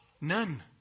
None